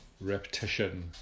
repetition